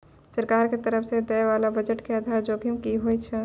सरकार के तरफो से दै बाला बजट के आधार जोखिम कि होय छै?